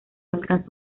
alcanza